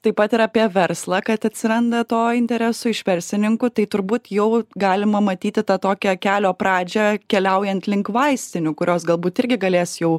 taip pat ir apie verslą kad atsiranda to interesų iš verslininkų tai turbūt jau galima matyti tą tokią kelio pradžią keliaujant link vaistinių kurios galbūt irgi galės jau